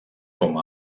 com